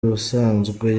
ubusanzwe